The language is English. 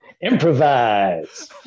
Improvise